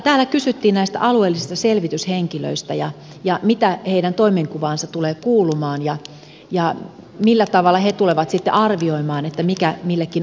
täällä kysyttiin alueellisista selvityshenkilöistä ja siitä mitä heidän toimenkuvaansa tulee kuulumaan ja millä tavalla he tulevat sitten arvioimaan mikä millekin alueelle sopii